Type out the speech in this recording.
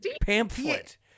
Pamphlet